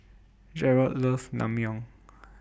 Jerrold loves Naengmyeon